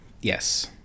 Yes